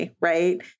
Right